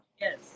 Yes